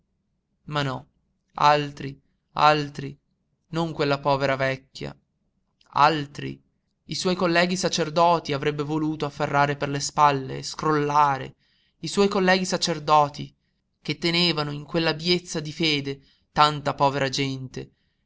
ma no altri altri non quella povera vecchia altri i suoi colleghi sacerdoti avrebbe voluto afferrare per le spalle e scrollare i suoi colleghi sacerdoti che tenevano in quell'abiezione di fede tanta povera gente